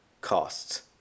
costs